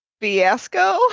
fiasco